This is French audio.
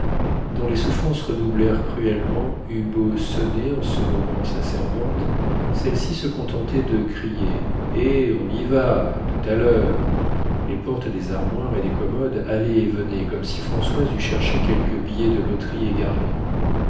dont les souffrances redoublèrent cruellement eut beau sonner en ce moment sa servante celle-ci se contentait de crier eh on y va tout à l'heure les portes des armoires et des commodes allaient et venaient comme si françoise eût cherché quelque billet de loterie égaré